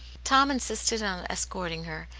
tom insisted on escorting her,